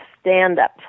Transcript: stand-up